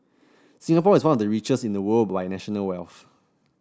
Singapore is one of the richest in the world by national wealth